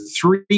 three